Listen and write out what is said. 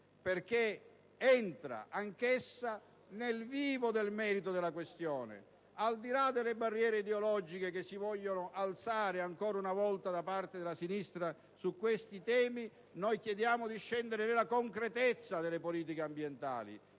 perché così entra anch'essa nel vivo e nel merito della questione. Al di là delle barriere ideologiche che si vogliono alzare ancora una volta da parte della sinistra su questi temi, chiediamo di scendere nella concretezza delle politiche ambientali,